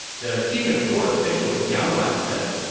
the senior court official jiang wan said,